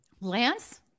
lance